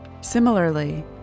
similarly